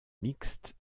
mixte